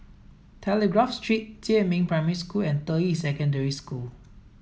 Telegraph Street Jiemin Primary School and Deyi Secondary School